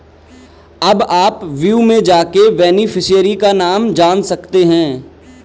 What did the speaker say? अब आप व्यू में जाके बेनिफिशियरी का नाम जान सकते है